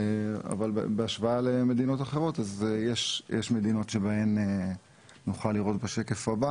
אבל בהשוואה למדינות אחרות יש מדינות שנוכל לראות בשקף הבא